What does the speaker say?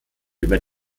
über